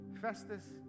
Festus